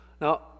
Now